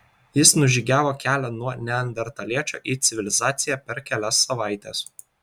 jis nužygiavo kelią nuo neandertaliečio į civilizaciją per kelias savaites